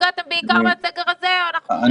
נפגעתם בעיקר מהסגר הזה וכולי.